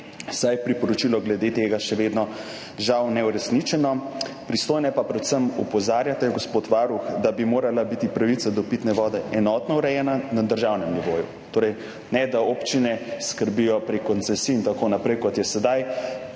je priporočilo glede tega še vedno žal neuresničeno. Pristojne pa predvsem opozarjate, gospod varuh, da bi morala biti pravica do pitne vode enotno urejena na državnem nivoju. Torej ne da občine skrbijo prek koncesij in tako naprej, kot je sedaj